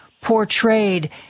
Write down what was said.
portrayed